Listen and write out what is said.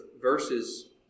verses